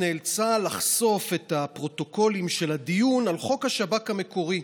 נאלצה לחשוף את הפרוטוקולים של הדיון על חוק השב"כ המקורי,